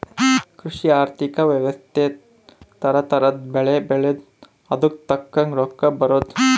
ಕೃಷಿ ಆರ್ಥಿಕ ವ್ಯವಸ್ತೆ ತರ ತರದ್ ಬೆಳೆ ಬೆಳ್ದು ಅದುಕ್ ತಕ್ಕಂಗ್ ರೊಕ್ಕ ಬರೋದು